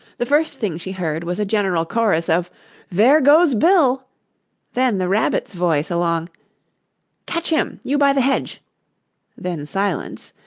the first thing she heard was a general chorus of there goes bill then the rabbit's voice along catch him, you by the hedge then silence,